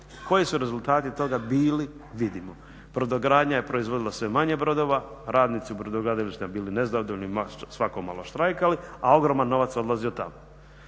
Koji su rezultati toga bili, vidimo. Brodogradnja je proizvodila sve manje brodova, radnici u brodogradilištima bili nezadovoljni, svako malo štrajkali, a ogroman novac odlazio tamo.